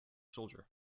soldier